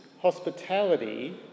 hospitality